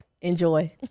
Enjoy